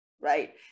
right